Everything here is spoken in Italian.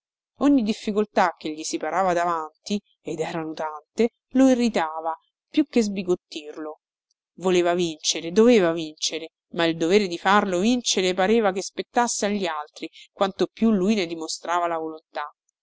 ogni difficoltà che gli si parava davanti ed erano tante lo irritava più che sbigottirlo voleva vincere doveva vincere ma il dovere di farlo vincere pareva che spettasse agli altri quanto più lui ne dimostrava la volontà